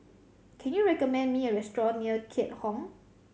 can you recommend me a restaurant near Keat Hong